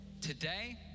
Today